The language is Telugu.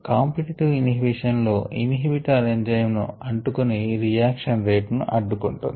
కాంపిటిటివ్ ఇన్హిబిషన్ లో ఇన్హిబిటార్ ఎంజైమ్ కు అంటుకొని రియాక్షన్ రేట్ ను అడ్డుకుంటుంది